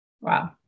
Wow